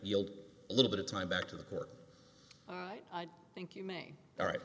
yield a little bit of time back to the court i think you may all right